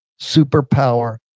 superpower